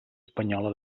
espanyola